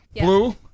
Blue